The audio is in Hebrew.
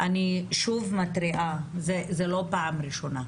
אני שוב מתריעה, זה לא פעם ראשונה.